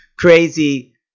crazy